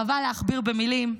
חבל להכביר במילים,